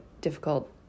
difficult